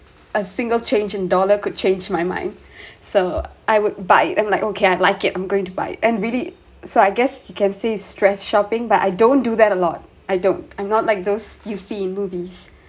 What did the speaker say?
a single change in dollar could change my mind so I would buy I'm like okay I'd like it I'm going to buy and really so I guess you can see stress shopping but I don't do that a lot I don't I'm not like those you see in movies